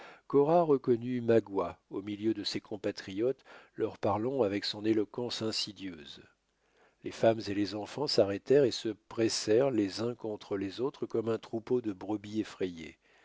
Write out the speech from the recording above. reconnut magua au milieu de ses compatriotes leur parlant avec son éloquence insidieuse les femmes et les enfants s'arrêtèrent et se pressèrent les uns contre les autres comme un troupeau de brebis effrayées